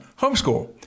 homeschool